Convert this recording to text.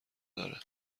داره